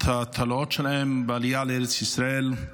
את התלאות שלהם בעלייה לארץ ישראל.